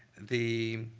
the,